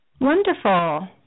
Wonderful